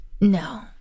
No